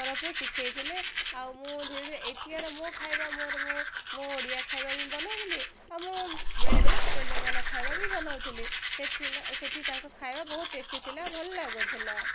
ତରଫରୁ ଶିଖେଇଥିଲେ ଆଉ ମୁଁ ଧୀରେ ଧୀରେ ଏଠିକାର ମୋ ଖାଇବା ମୋର ମୁଁ ମୋ ଓଡ଼ିଆ ଖାଇବା ବି ବନଉଥିଲି ଆଉ ମୁଁ ବେଳେବେେଳେ ତେଲେଙ୍ଗାନା ଖାଇବା ବି ବନଉଥିଲି ସେଠି ନା ସେଠି ତାଙ୍କ ଖାଇବା ବହୁତ ଟେଷ୍ଟି ଥିଲା ଭଲ ଲାଗୁଥିଲା